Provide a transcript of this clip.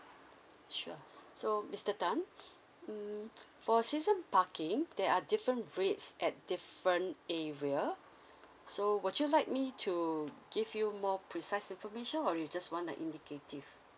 sure so mister tan um for season parking there are different rates at different area so would you like me to give you more precise information or you just want the indicative